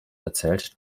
erzählt